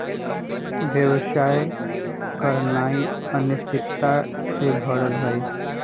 व्यवसाय करनाइ अनिश्चितता से भरल हइ